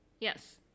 yes